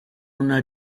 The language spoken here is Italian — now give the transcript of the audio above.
una